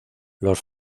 los